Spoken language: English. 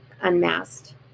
unmasked